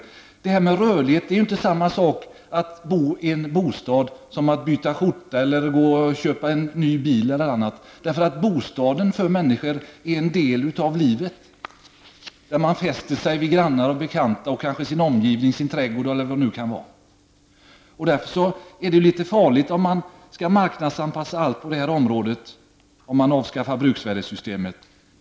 Att byta bostad är inte som att byta skjorta, köpa en ny bil eller något annat. Bostaden är för människor en del av livet. De fäster sig vid grannar och bekanta, sin omgivning, sin trädgård eller vad det nu kan vara. Därför är det litet farligt om nästan allt på detta område skall marknadsanpassas och bruksvärdessystemet därigenom avskaffas.